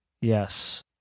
Yes